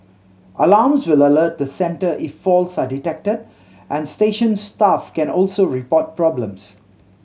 alarms will alert the centre if faults are detected and station staff can also report problems